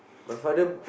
my father